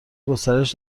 گسترش